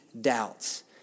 doubts